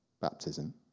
Baptism